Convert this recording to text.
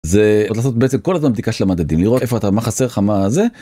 זה עוד לעשות בעצם כל הזמן בדיקה של המדדים לראות איפה אתה, מה חסר לך, מה זה.